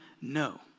no